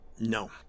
No